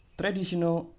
traditional